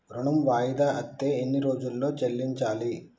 ఋణం వాయిదా అత్తే ఎన్ని రోజుల్లో చెల్లించాలి?